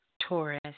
Taurus